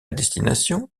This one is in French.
destination